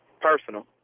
Personal